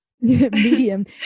medium